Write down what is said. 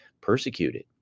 persecuted